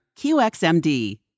QXMD